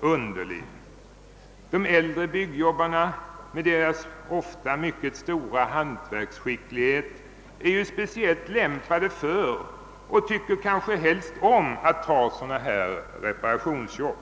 underlig. De äldre byggjobbarna är ju med sin ofta mycket stora hantverksskicklighet speciellt lämpade för och tycker kanske bäst om sådana reparationsjobb.